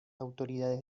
autoridades